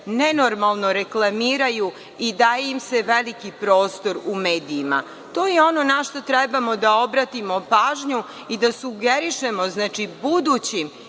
nenormalno reklamiraju i daje im se veliki prostor u medijima. To je ono na šta trebamo da obratimo pažnju i da sugerišemo budući